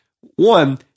One